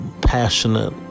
passionate